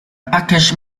package